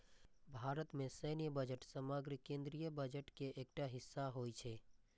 भारत मे सैन्य बजट समग्र केंद्रीय बजट के एकटा हिस्सा होइ छै